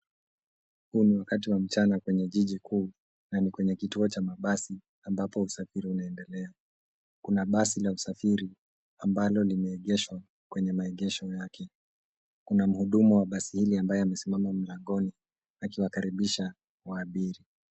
Huu ni wakati wa mchana kwenye jiji kuu na ni kwenye kituo cha mabasi ambapo usafiri unaendelea. Kuna basi la usafiri ambalo limeegeshwa kwenye maegesho yake . Kuna mhudumu wa basi hili ambaye amesimama mlangoni akiwakaribisha waabiri.